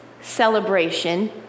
celebration